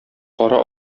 кара